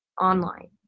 online